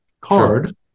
card